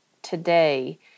today